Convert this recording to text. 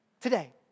today